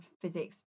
physics